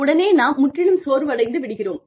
உடனே நாம் முற்றிலும் சோர்வடைந்து விடுகிறோம்